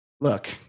Look